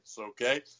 okay